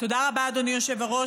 תודה רבה, אדוני היושב-ראש.